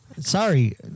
Sorry